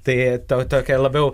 tai tau tokia labiau